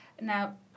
Now